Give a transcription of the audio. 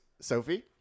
Sophie